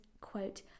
quote